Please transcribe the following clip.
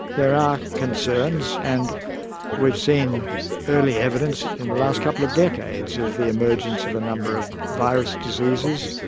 there are concerns and we've seen early evidence in the last couple of decades of the emergence of a number of virus diseases.